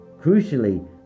crucially